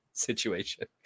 Situation